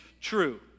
true